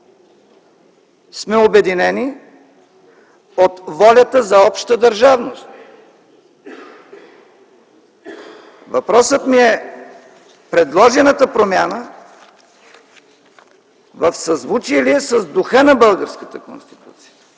сме обединени от волята за обща държавност. Въпросът ми е: Предложената промяна в съзвучие ли е с духа на българската Конституция,